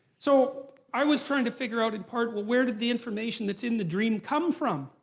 so i was trying to figure out in part, well where did the information that's in the dream come from?